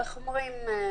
הייתה: